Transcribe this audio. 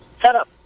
setup